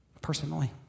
personally